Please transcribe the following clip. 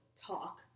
talk